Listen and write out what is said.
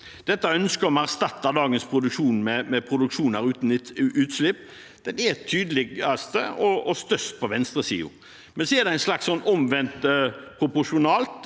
Ønsket om å erstatte dagens produksjon med produksjon uten utslipp er tydeligst og størst på venstresiden. Men så er det en slags omvendt proporsjonal